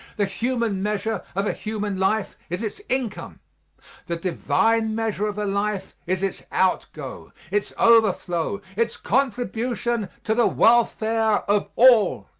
the human measure of a human life is its income the divine measure of a life is its outgo, its overflow its contribution to the welfare of all.